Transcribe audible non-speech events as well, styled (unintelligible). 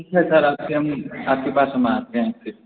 (unintelligible) sir हम आपके पास हम आते है फिर